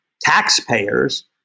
taxpayers